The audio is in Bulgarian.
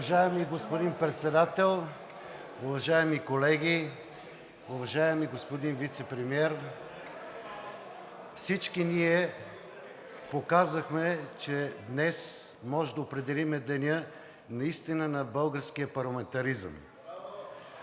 Уважаеми господин Председател, уважаеми колеги, уважаеми господин Вицепремиер! Всички ние показахме, че днес може да определим деня на българския парламентаризъм.